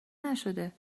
نشده